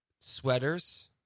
sweaters